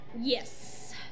Yes